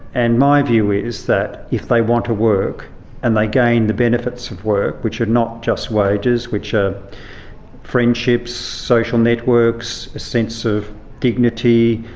and my view is that if they want to work and they gain the benefits of work, which are not just wages, which are friendships, social networks, a sense of dignity,